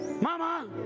Mama